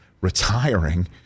retiring